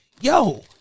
Yo